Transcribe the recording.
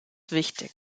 wichtig